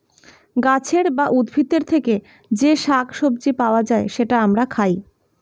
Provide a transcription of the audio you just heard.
গাছের বা উদ্ভিদের থেকে যে শাক সবজি পাওয়া যায়, সেটা আমরা খাই